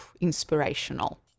inspirational